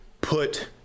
put